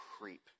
creep